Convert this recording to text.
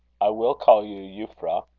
i will call you euphra.